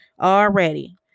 already